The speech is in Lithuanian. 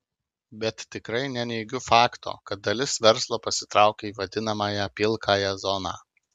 bet tikrai neneigiu fakto kad dalis verslo pasitraukė į vadinamąją pilkąją zoną